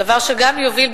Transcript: דבר שגם יוביל,